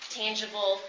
tangible